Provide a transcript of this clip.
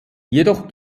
jedoch